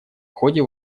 ходе